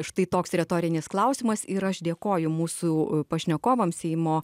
štai toks retorinis klausimas yra aš dėkoju mūsų pašnekovams seimo